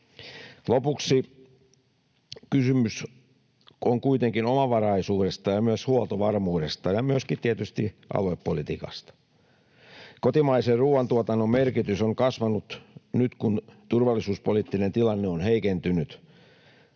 Lopuksi kysymys on kuitenkin omavaraisuudesta, myös huoltovarmuudesta ja tietysti myöskin aluepolitiikasta. Kotimaisen ruuantuotannon merkitys on kasvanut nyt, kun turvallisuuspoliittinen tilanne on heikentynyt.